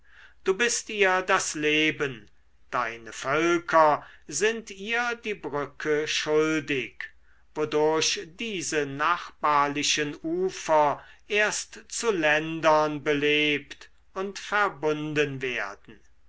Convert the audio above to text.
du bist ihr das leben deine völker sind ihr die brücke schuldig wodurch diese nachbarlichen ufer erst zu ländern belebt und verbunden werden